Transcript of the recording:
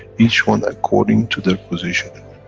each one according to their positioning.